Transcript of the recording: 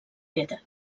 lieder